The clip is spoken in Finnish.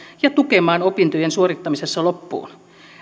ja tukemaan opintojen suorittamisessa loppuun